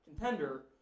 contender